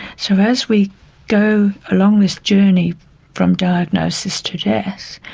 so as we go along this journey from diagnosis to death,